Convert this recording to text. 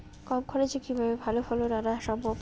কম খরচে কিভাবে ভালো ফলন আনা সম্ভব?